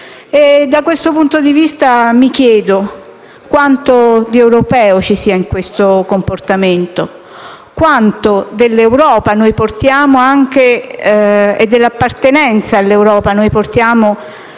Da questo punto di vista, mi chiedo quanto di europeo ci sia in questo comportamento, quanto dell'appartenenza all'Europa portiamo in